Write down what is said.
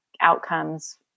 outcomes